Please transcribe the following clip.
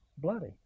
bloody